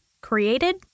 Created